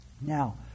Now